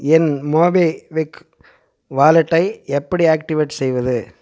என் MobiKwik வாலெட்டை எப்படி activate செய்வது